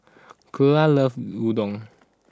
Cleola loves Udon